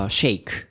shake